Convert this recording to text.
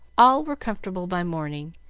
all were comfortable by morning,